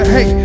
Hey